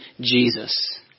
Jesus